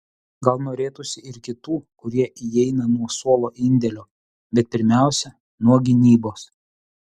gal norėtųsi ir kitų kurie įeina nuo suolo indėlio bet pirmiausia nuo gynybos